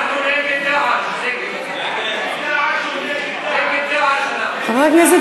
ההצעה להסיר מסדר-היום את הצעת חוק העונשין (תיקון,